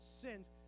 sins